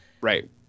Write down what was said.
Right